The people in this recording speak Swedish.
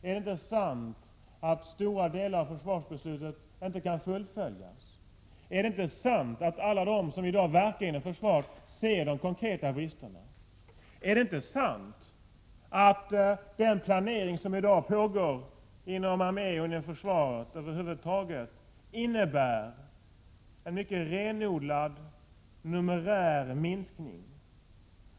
Är det inte sant att stora delar av försvarsbeslutet inte kan fullföljas? Är det inte sant att alla de som i dag verkar inom försvaret ser de konkreta bristerna? Är det inte sant att den planering som i dag pågår inom armén och inom försvaret över huvud taget innebär en mycket renodlad numerär minskning?